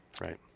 right